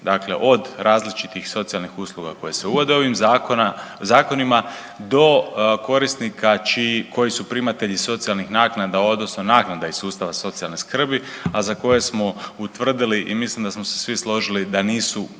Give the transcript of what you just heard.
dakle od različitih socijalnih usluga koje se uvode ovim zakonima do korisnika koji su primatelji socijalnih naknada odnosno naknada iz sustava socijalne skrbi, a za koje smo utvrdili i mislim da smo se svi složili da nisu